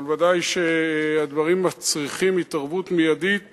אבל ודאי שהדברים מצריכים התערבות מיידית